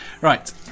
Right